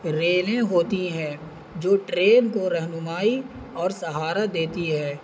ریلیں ہوتی ہیں جو ٹرین کو رہنمائی اور سہارات دیتی ہے